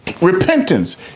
Repentance